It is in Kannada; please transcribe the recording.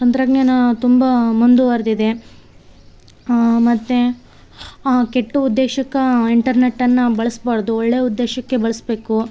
ತಂತ್ರಜ್ಞಾನಾ ತುಂಬ ಮುಂದುವರೆದಿದೆ ಮತ್ತು ಕೆಟ್ಟ ಉದ್ದೇಶಕ್ಕೆ ಇಂಟರ್ನೆಟ್ಟನ್ನು ಬಳಸ್ಬಾರ್ದು ಒಳ್ಳೇ ಉದ್ದೇಶಕ್ಕೆ ಬಳಸ್ಬೇಕು